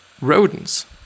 rodents